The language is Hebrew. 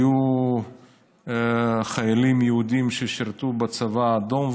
היו חיילים יהודים ששירתו בצבא האדם,